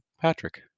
patrick